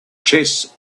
chess